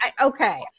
okay